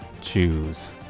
choose